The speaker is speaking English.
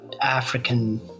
African